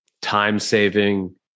time-saving